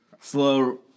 Slow